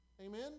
amen